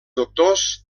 doctors